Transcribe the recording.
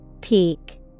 Peak